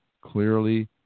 clearly